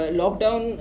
lockdown